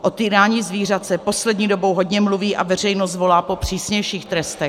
O týrání zvířat se poslední dobou hodně mluví a veřejnost volá po přísnějších trestech.